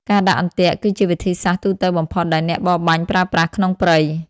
ការដាក់អន្ទាក់គឺជាវិធីសាស្ត្រទូទៅបំផុតដែលអ្នកបរបាញ់ប្រើប្រាស់ក្នុងព្រៃ។